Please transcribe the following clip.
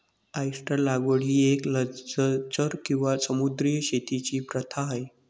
oyster लागवड ही एक जलचर किंवा समुद्री शेतीची प्रथा आहे